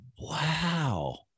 Wow